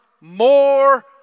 more